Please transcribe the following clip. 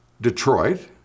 Detroit